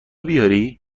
بیاری